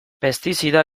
pestizida